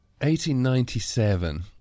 1897